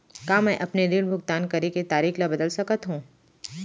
का मैं अपने ऋण भुगतान करे के तारीक ल बदल सकत हो?